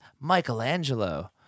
Michelangelo